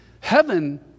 Heaven